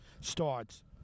starts